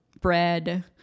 bread